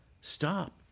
Stop